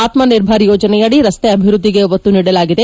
ಆತ್ಮ ನಿರ್ಭರಥ ಯೋಜನೆಯಡಿ ರಸ್ತೆ ಅಭಿವೃದ್ಧಿಗೆ ಒತ್ತು ನೀಡಲಾಗಿದೆ